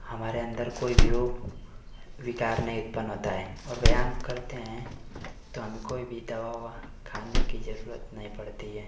हमारे अंदर कोई भी रोग विकार नहीं उत्पन्न होता है और व्यायाम करते हैं तो हमें कोई भी दवा अवा खाने की जरूरत नहीं पड़ती है